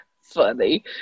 Funny